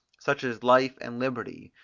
such as life and liberty,